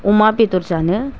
अमा बेदर जानो